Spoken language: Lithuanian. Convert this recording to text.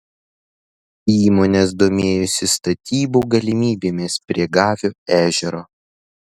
įmonės domėjosi statybų galimybėmis prie gavio ežero